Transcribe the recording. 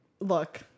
Look